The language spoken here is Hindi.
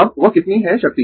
अब वह कितनी है शक्ति